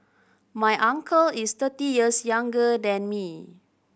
my uncle is thirty years younger than me